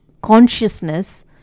consciousness